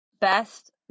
Best